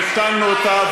מיתנּו אותה,